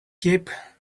cape